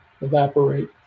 evaporate